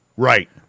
Right